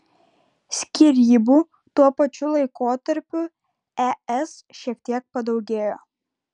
skyrybų tuo pačiu laikotarpiu es šiek tiek padaugėjo